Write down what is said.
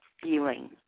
feeling